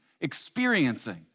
experiencing